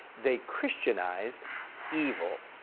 they christianized evil.